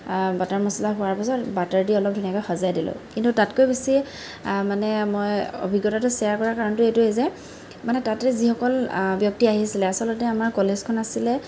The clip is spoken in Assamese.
বাটাৰ মচলা হোৱাৰ পিছত বাটাৰ দি অলপ ধুনীয়াকৈ সজাই দিলোঁ কিন্তু তাতকৈ বেছি মানে মই অভিজ্ঞতাটো শ্বেয়াৰ কৰাৰ কাৰণটো এইটোৱে যে মানে তাতে যিসকল ব্যক্তি আহিছিলে আচলতে আমাৰ কলেজখন আছিলে